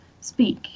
speak